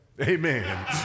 Amen